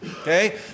okay